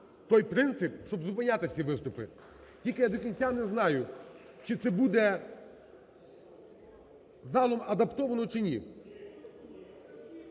той принцип, щоб зупиняти ці виступи. Тільки я до кінця не знаю, чи це буде залом адаптовано, чи ні.